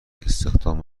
استخدام